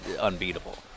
unbeatable